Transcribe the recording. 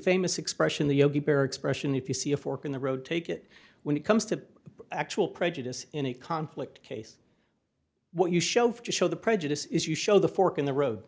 famous expression the yogi berra expression if you see a fork in the road take it when it comes to actual prejudice in a conflict case what you show to show the prejudice is you show the fork in the road